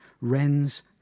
Wren's